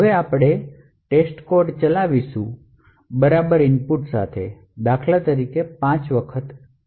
હવે આપણે testcode ચલાવીશું બરાબર ઇનપુટ સાથે દાખલા તરીકે 5 વખત A